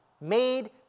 made